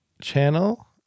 channel